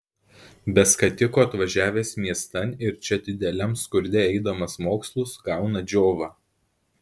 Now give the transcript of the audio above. be skatiko atvažiavęs miestan ir čia dideliam skurde eidamas mokslus gauna džiovą